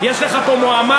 יש לך פה מועמד,